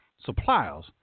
suppliers